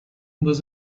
was